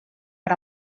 per